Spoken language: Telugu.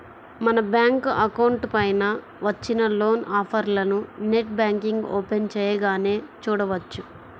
మన బ్యాంకు అకౌంట్ పైన వచ్చిన లోన్ ఆఫర్లను నెట్ బ్యాంకింగ్ ఓపెన్ చేయగానే చూడవచ్చు